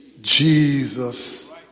Jesus